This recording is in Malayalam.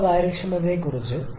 താപ കാര്യക്ഷമതയെക്കുറിച്ച്